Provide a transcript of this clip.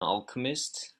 alchemist